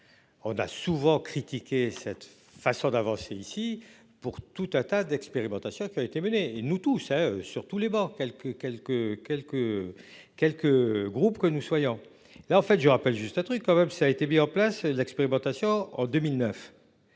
On a souvent critiqué cette façon d'avancer ici pour toute tata d'expérimentation qui a été menée et nous tout ça sur tous les bancs quelques quelques quelques quelques groupes que nous soyons là en fait je rappelle juste un truc quand même si ça a été mis en place, expérimentation en 2009.